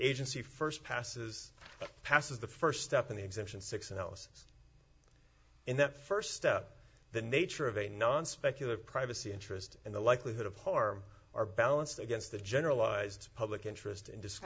agency first passes passes the first step in the exemption six analysis in that first step the nature of a non specular privacy interest in the likelihood of harm are balanced against the generalized public interest in